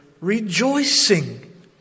rejoicing